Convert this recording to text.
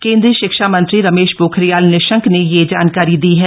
केंद्रीय शिक्षा मंत्री रमेश पोखरियाल निशंक ने यह जानकारी दी है